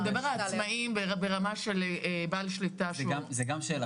זו גם שאלה,